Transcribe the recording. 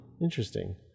interesting